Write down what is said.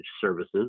services